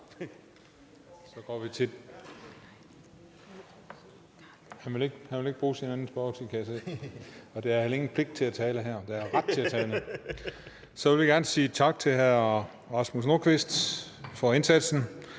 Spørgeren? Han vil ikke bruge sin anden bemærkning, kan jeg se. Der er heller ingen pligt til at tale. Der er ret til at tale. Så vil jeg gerne sige tak til hr. Rasmus Nordqvist for indsatsen.